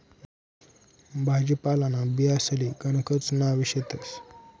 भाजीपालांना बियांसले गणकच नावे शेतस